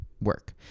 work